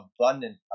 abundant